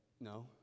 No